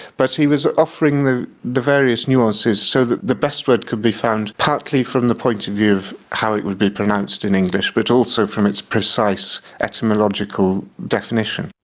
but he was offering the the various nuances so that the best word could be found, partly from the point of view of how it would be pronounced in english but also from its precise etymological definition.